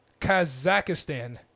Kazakhstan